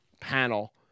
panel